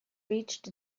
reached